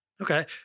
Okay